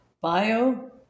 bio